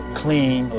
clean